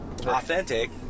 authentic